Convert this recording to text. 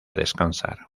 descansar